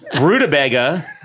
rutabaga